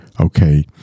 okay